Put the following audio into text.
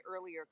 earlier